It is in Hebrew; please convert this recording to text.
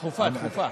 דחופה, דחופה.